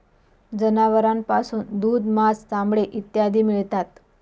जनावरांपासून दूध, मांस, चामडे इत्यादी मिळतात